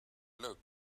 look